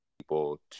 people